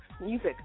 music